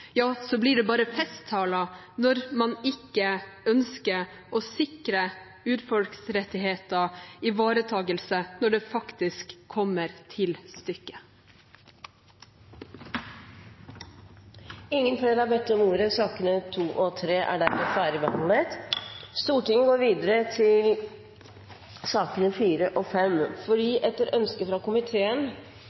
blir det bare festtaler når man ikke ønsker å sikre urfolksrettigheter ivaretakelse når det faktisk kommer til stykket. Flere har ikke bedt om ordet til sakene nr. 2 og 3. Etter ønske fra finanskomiteen vil presidenten foreslå at sakene nr. 4 og 5 behandles under ett. – Det anses vedtatt. Etter ønske fra